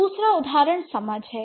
दूसरा उदाहरण समझ है